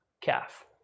calf